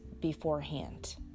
beforehand